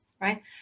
right